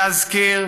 להזכיר,